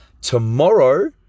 tomorrow